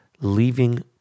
leaving